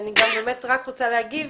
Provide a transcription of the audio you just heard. אני גם באמת רק רוצה להגיד,